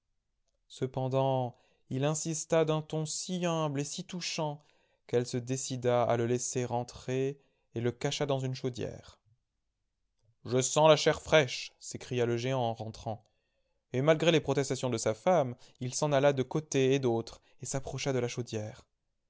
cependant il insista d'un ton si humble et si touchant qu'elle se décida à le laisser entrer et le cacha dans une chaudière je sens la chair fraîche s'écria le géant en rentrant et malgré les protestations de sa femme il s'en alla de côté et d'autre et s'approcha de la chaudière